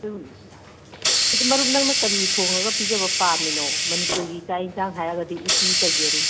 ꯑꯗꯨꯝ ꯑꯗꯨ ꯃꯔꯨꯞ ꯅꯪꯅ ꯀꯔꯤ ꯊꯣꯡꯉꯒ ꯄꯤꯖꯕ ꯄꯥꯝꯃꯤꯅꯣ ꯃꯅꯤꯄꯨꯔꯒꯤ ꯆꯥꯛ ꯏꯟꯁꯥꯡ ꯍꯥꯏꯔꯒꯗꯤ ꯎꯇꯤ ꯆꯒꯦꯝ